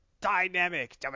Dynamic